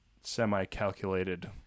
semi-calculated